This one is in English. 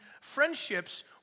friendships